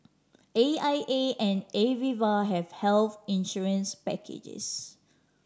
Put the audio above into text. A I A and Aviva have health insurance packages